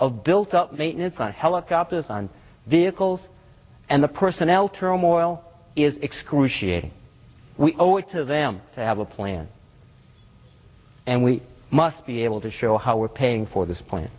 of built up maintenance on helicopters on vehicles and the personnel turmoil is excruciating we owe it to them to have a plan and we must be able to show how we're paying for this point